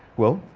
well,